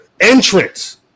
entrance